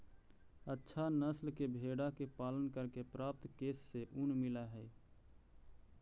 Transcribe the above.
अच्छा नस्ल के भेडा के पालन करके प्राप्त केश से ऊन मिलऽ हई